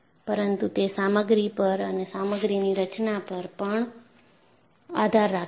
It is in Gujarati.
પરંતુ તે સામગ્રી પર અને સામગ્રીની રચના પર પણ આધાર રાખે છે